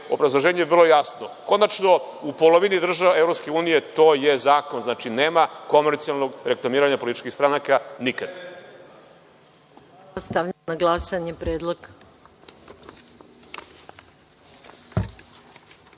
obrazloženje vrlo jasno. Konačno, u polovini država EU to je zakon, znači, nema komercijalnog reklamiranja političkih stranaka nikad.